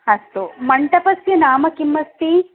अस्तु मण्टपस्य नाम किम् अस्ति